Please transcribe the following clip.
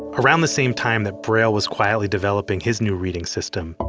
around the same time that braille was quietly developing his new reading system,